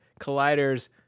Collider's